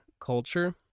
culture